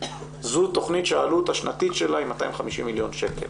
זו תכנית שהעלות השנתית שלה היא 250 מיליון שקל.